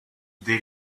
they